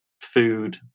food